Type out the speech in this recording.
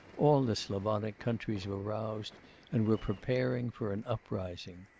all the slavonic countries were roused and were preparing for an uprising.